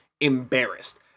embarrassed